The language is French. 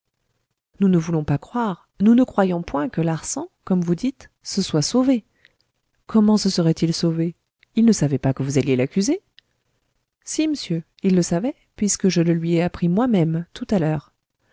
nous ne voulons pas croire nous ne croyons point que larsan comme vous dites se soit sauvé comment se serait-il sauvé il ne savait pas que vous alliez l'accuser si m'sieur il le savait puisque je le lui ai appris moimême tout à l'heure